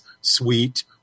sweet